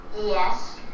Yes